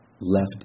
left